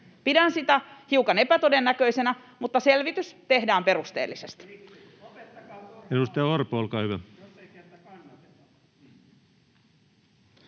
Pidän sitä hiukan epätodennäköisenä, mutta selvitys tehdään perusteellisesti.